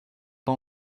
pas